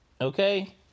Okay